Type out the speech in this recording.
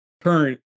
current